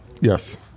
Yes